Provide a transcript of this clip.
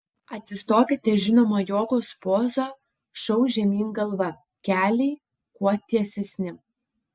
atsistokite žinoma jogos poza šou žemyn galva keliai kuo tiesesni